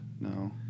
No